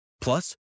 Plus